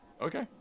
Okay